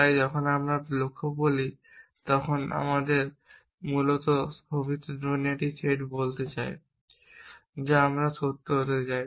তাই যখন আমরা লক্ষ্য বলি তখন আমরা মূলত ভবিষ্যদ্বাণীর একটি সেট বলতে চাই যা আমরা সত্য হতে চাই